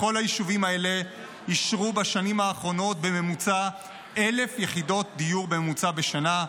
בכל היישובים האלה אישרו בשנים האחרונות בממוצע 1,000 יחידות דיור בשנה,